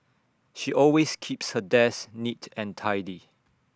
she always keeps her desk neat and tidy